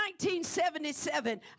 1977